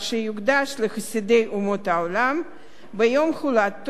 אומות העולם ביום הולדתו של ראול ולנברג.